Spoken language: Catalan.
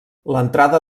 l’entrada